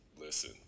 listen